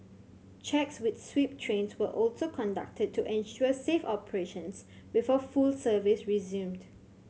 checks with sweep trains were also conducted to ensure safe operations before full service resumed